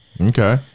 Okay